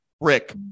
Rick